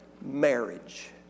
Marriage